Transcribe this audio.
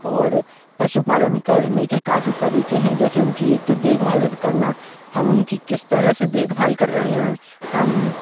और पशुपालन करने के काफ़ी तरीके हैं जैसे उनकी एक तो देवभाल अड करना हम उनकी किस तरह से देखभाल कर रहे हैं हम